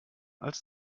als